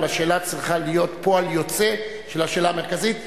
אבל השאלה צריכה להיות פועל יוצא של השאלה המרכזית.